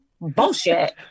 Bullshit